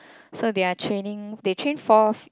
so they are training they train fourth